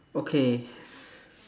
okay